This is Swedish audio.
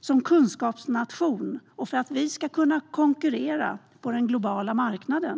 som kunskapsnation och för att vi ska kunna konkurrera på den globala marknaden.